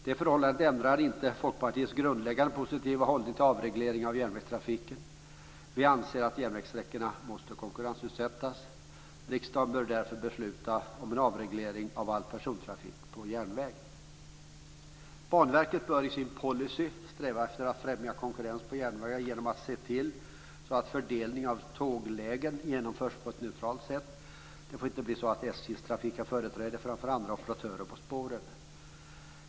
Detta förhållande ändrar inte Folkpartiets grundläggande positiva hållning till avreglering av järnvägstrafiken. Vi anser att järnvägssträckorna måste konkurrensutsättas. Riksdagen bör därför besluta om en avreglering av all persontrafik på järnväg. Banverket bör i sin policy sträva efter att främja konkurrens på järnvägarna genom att se till att fördelning av tåglägen genomförs på ett neutralt sätt. Det får inte bli så att SJ:s trafik har företräde framför andra operatörer på spåren.